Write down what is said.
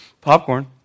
popcorn